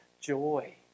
joy